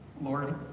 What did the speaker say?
lord